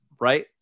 right